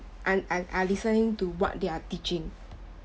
are are are listening to what they are teaching